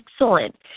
Excellent